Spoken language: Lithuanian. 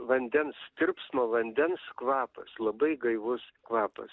vandens tirpsmo vandens kvapas labai gaivus kvapas